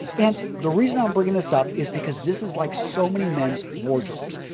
and the reason i'm bringing this up is because this is like so many men's wardrobes.